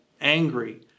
angry